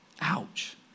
ouch